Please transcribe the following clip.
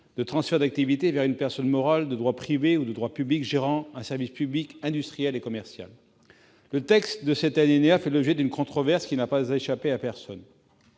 de transfert d'activité vers une personne morale de droit privé ou de droit public gérant un service public industriel et commercial. Le dispositif de cet alinéa fait l'objet d'une controverse qui n'a échappé à personne.